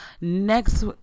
next